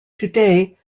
today